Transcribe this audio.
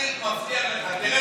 אני מבטיח לך, תרד